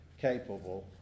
capable